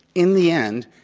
in the end,